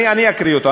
אני אקריא אותו,